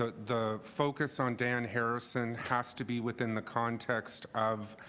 but the focus on dan harrison has to be within the context of